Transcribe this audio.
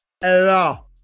hello